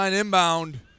inbound